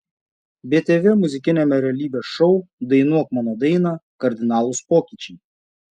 btv muzikiniame realybės šou dainuok mano dainą kardinalūs pokyčiai